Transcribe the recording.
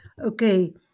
okay